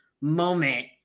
moment